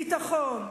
ביטחון,